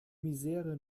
misere